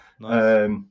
Nice